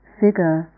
figure